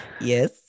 yes